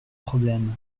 problème